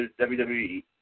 WWE